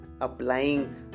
applying